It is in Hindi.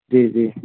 जी जी